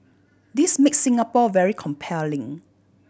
this makes Singapore very compelling